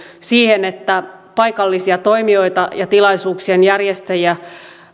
siihen että paikallisia toimijoita ja tilaisuuksien järjestäjiä